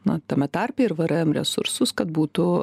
na tame tarpe ir vrm resursus kad būtų